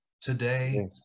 today